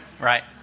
Right